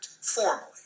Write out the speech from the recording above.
formally